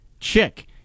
Chick